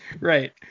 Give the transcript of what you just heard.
Right